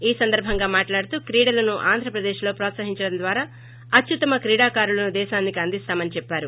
ఈ సందర్బంగా మాట్లాడుతూ క్రీడలను ఆంధ్ర ప్రదేశ్ లో హ్రోత్పహించడం ద్వారా అత్యుత్తమ క్రీడాకారులను దేశానికీ అందిస్తామని చెప్పారు